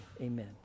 Amen